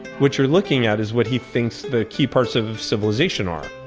what you're looking at is what he thinks the key parts of civilization are.